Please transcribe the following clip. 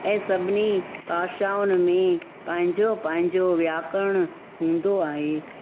ऐं सभिनी भाषाऊं में पंहिंजो पंहिंजो व्याकरण हूंदो आहे